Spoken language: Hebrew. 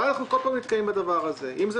אז אנחנו כל פעם נתקעים בדבר הזה כמו,